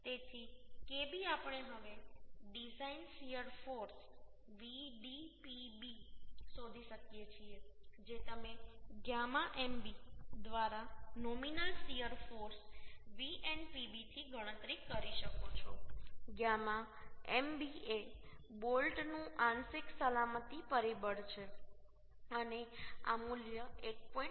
તેથી Kb આપણે હવે ડિઝાઇન શીયર ફોર્સ Vdpb શોધી શકીએ છીએ જે તમે γ mb દ્વારા નોમિનલ શીયર ફોર્સ Vnpb થી ગણતરી કરી શકો છો γ mb એ બેર બોલ્ટનું આંશિક સલામતી પરિબળ છે અને આ મૂલ્ય 1